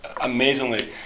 amazingly